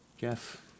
jeff